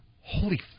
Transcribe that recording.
holy